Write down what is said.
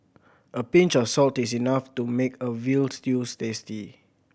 a pinch of salt is enough to make a veal stews tasty